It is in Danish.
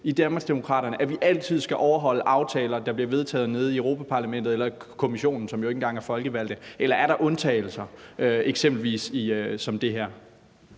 Danmarksdemokraterne, at vi altid skal overholde aftaler, der bliver vedtaget nede i Europa-Parlamentet eller i Kommissionen, som jo ikke engang er folkevalgt, eller er der undtagelser, eksempelvis som det her?